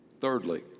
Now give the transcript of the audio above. Thirdly